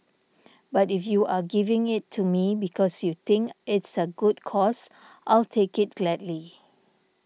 but if you are giving it to me because you think it's a good cause I'll take it gladly